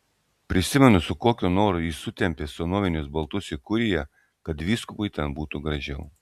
prisimenu su kokiu noru jis sutempė senovinius baldus į kuriją kad vyskupui ten būtų gražiau